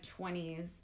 20s